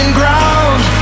ground